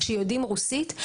שיודעים רוסית.